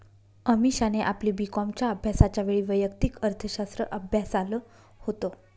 अमीषाने आपली बी कॉमच्या अभ्यासाच्या वेळी वैयक्तिक अर्थशास्त्र अभ्यासाल होत